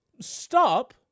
stop